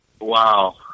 Wow